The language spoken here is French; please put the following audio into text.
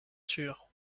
sûr